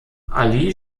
ali